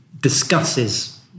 discusses